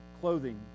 clothing